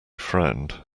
frowned